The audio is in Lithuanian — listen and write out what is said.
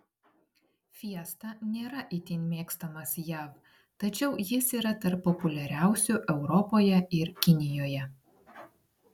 fiesta nėra itin mėgstamas jav tačiau jis yra tarp populiariausių europoje ir kinijoje